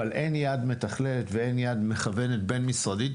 אבל אין יד מתכללת, ואין יד מכוונת בין-משרדית.